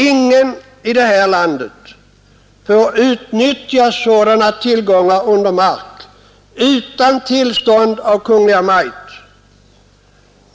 Ingen i detta land får utnyttja sådana tillgångar under mark utan tillstånd av Kungl. Maj:t.